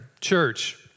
Church